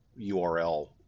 URL